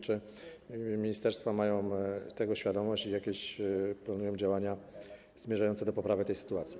Czy ministerstwa mają tego świadomość i planują jakieś działania zmierzające do poprawy tej sytuacji?